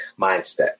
mindset